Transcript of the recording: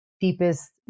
deepest